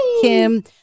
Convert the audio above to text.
Kim